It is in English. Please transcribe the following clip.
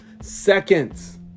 seconds